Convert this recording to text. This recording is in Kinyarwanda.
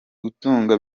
gutunga